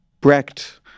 Brecht